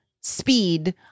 speed